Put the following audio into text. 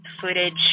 footage